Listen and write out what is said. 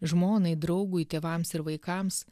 žmonai draugui tėvams ir vaikams